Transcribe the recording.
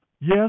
Yes